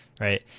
right